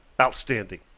Outstanding